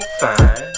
fine